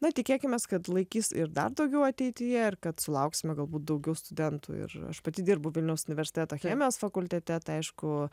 na tikėkimės kad laikys ir dar daugiau ateityje ir kad sulauksime galbūt daugiau studentų ir aš pati dirbu vilniaus universiteto chemijos fakultete tai aišku